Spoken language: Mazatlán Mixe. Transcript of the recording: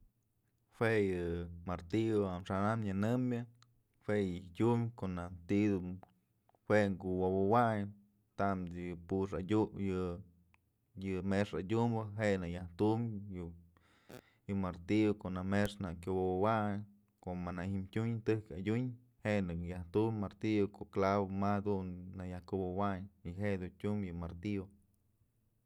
Jue yë martillo dun amaxa'an am nyënëm jue yë tyum ko'o najk ti'i dum jue kuwopëwayn tamës yë pux adyu yë mëxë adyumbë je'e nak yajtumbyëyë martillo ko'o najk mëxë dun kuwopëwayn ko'o mënaj ji'im tyun tëjk adyun nëkë yaj tumbyë martillo ko'o clavo ma dun na yëjkuwobëwayn y je'e dun tyum yë martillo.